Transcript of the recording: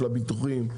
של הביטוחים,